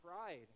pride